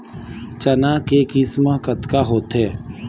चना के किसम कतका होथे?